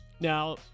Now